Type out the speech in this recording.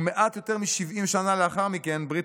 ומעט יותר מ-70 שנה לאחר מכן ברית